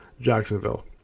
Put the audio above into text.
Jacksonville